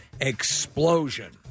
Explosion